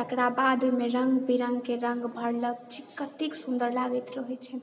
तकरा बाद ओहिमे रङ्ग विरङ्गके रङ्ग भरलक कतेक सुन्दर लागैत रहैत छै